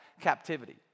captivity